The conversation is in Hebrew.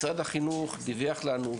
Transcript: משרד החינוך דיווח לנו,